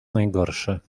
najgorsze